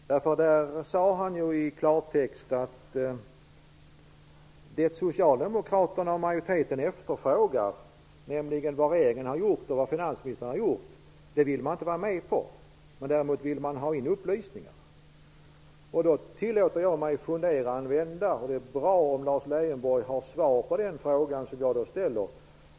Herr talman! Lars Leijonborgs näst sista inlägg gjorde mig något konfunderad. Där sade han i klartext att det socialdemokraterna och majoriteten efterfrågar, nämligen vad regeringen och finansministern har gjort, vill han inte vara med på. Däremot vill han ha in upplysningar. Då tillåter jag mig att fundera litet. Det är bra om Lars Leijonborg har svar på den fråga jag ställer.